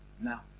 now